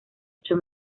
ocho